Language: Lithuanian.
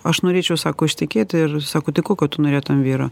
aš norėčiau sako ištekėti ir sako tai kokio tu norėtum vyro